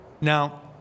Now